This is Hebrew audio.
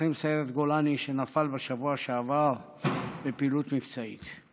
לוחם סיירת גולני שנפל בשבוע שעבר בפעילות מבצעית.